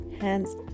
hands